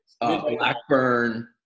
Blackburn